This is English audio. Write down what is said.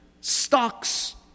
stocks